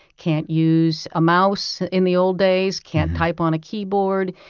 can't use a mouse in the old days, can't type on a keyboard.